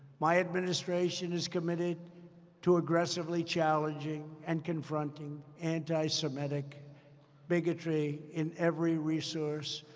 my administration is committed to aggressively challenging and confronting anti-semitic bigotry in every resource,